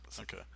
Okay